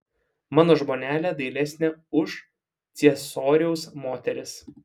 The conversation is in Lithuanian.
mano žmonelė dailesnė už ciesoriaus moteris